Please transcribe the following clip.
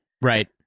Right